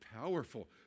powerful